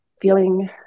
feeling